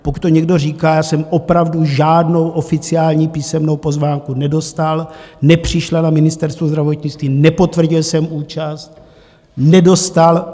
Pokud to někdo říká, já jsem opravdu žádnou oficiální písemnou pozvánku nedostal, nepřišla na Ministerstvo zdravotnictví, nepotvrdil jsem účast, nedostal.